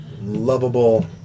lovable